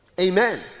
Amen